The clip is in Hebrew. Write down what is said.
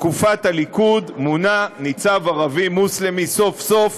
בתקופת הליכוד מונה ניצב ערבי מוסלמי, סוף-סוף,